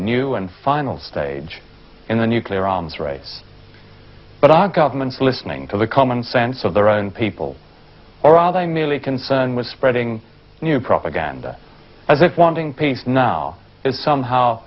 new and final stage in the nuclear arms race but our government's listening to the common sense of their own people or are they merely concerned with spreading new propaganda as if wanting peace now is somehow